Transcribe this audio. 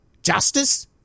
Justice